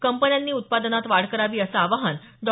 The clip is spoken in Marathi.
कंपन्यांनी उत्पादनात वाढ करावी असं आवाहन डॉ